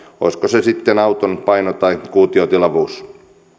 olisiko se sitten auton paino tai kuutiotilavuus